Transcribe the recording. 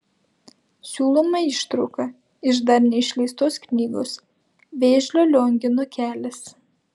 siūlome ištrauką iš dar neišleistos knygos vėžlio liongino kelias